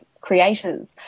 creators